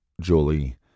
Julie